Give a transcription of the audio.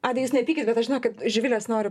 adai jūs nepykit bet aš žinokit živilės noriu